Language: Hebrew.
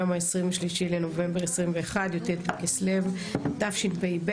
היום ה-23 לנובמבר 2021 י"ט בכסלו תשפ"ב.